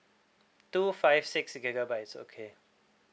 two five six gigabytes okay